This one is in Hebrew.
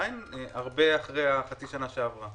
עדיין אנחנו הרבה אחרי חצי שנה שעברה.